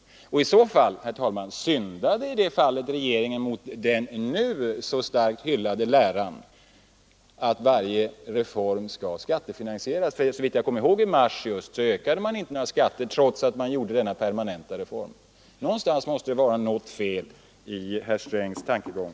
I så fall syndade regeringen mot den nu så starkt hyllade läran att varje reform skall skattefinansieras. Såvitt jag minns ökade man inte skatterna i mars, när dessa permanenta utgiftsökningar genomfördes. Någonstans måste det därför vara fel i herr Strängs tankegång.